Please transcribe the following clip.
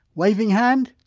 waving hand,